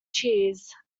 cheese